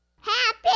Happy